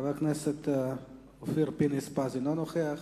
חבר הכנסת אופיר פינס-פז, אינו נוכח.